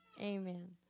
Amen